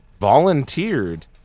volunteered